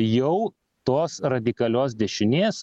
jau tos radikalios dešinės